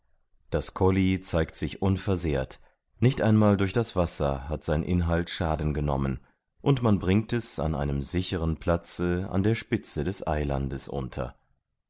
das colli zeigt sich unversehrt nicht einmal durch das wasser hat sein inhalt schaden genommen und man bringt es an einem sicheren platze an der spitze des eilandes unter